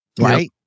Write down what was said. right